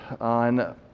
on